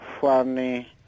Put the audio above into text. funny